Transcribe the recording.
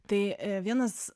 tai vienas